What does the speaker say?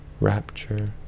Rapture